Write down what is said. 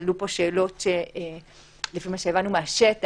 עלו פה שאלות שלפי מה שהבנו מהשטח,